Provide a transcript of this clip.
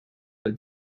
but